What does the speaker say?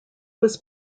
was